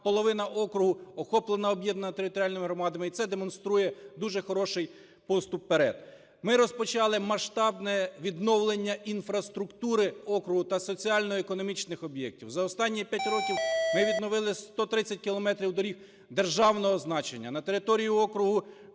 Половина округу охоплена об'єднаними територіальними громадами, і це демонструє дуже хороший поступ вперед. Ми розпочали масштабне відновлення інфраструктури округу та соціально-економічних об'єктів. За останні п'ять років ми відновили 130 кілометрів доріг державного значення. На території округу